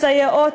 הסייעות,